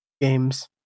games